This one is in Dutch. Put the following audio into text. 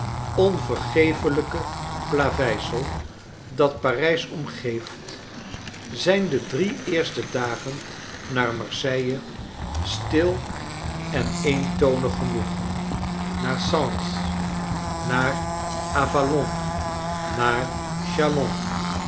onvergeeflljke plaveisel dat parijs omgeeft zijn de drie eerste dagen naar marseille stileneentonig genoeg naar sens naar a v a